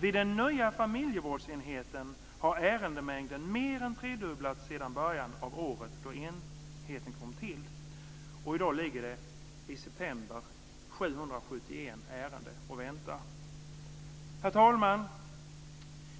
Vid den nya familjevårdsenheten har ärendemängden mer än tredubblats sedan början av året då enheten kom till, till 771 i september." Herr talman!